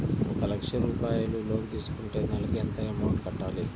ఒక లక్ష రూపాయిలు లోన్ తీసుకుంటే నెలకి ఎంత అమౌంట్ కట్టాలి?